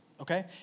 Okay